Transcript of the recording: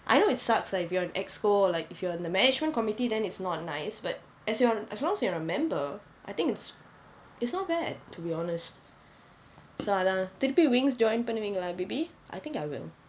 I know it sucks like if you're on executive council like if you are in the management committee then it's not nice but as you on as long as you are a member I think it's it's not bad to be honest so அதான் திருப்பி:athaan thiruppi wings join பண்ணுவிங்களா:pannuvingalaa baby I think I will